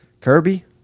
Kirby